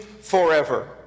forever